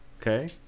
Okay